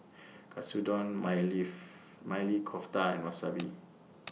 Katsudon Maili Kofta and Wasabi